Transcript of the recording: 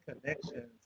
connections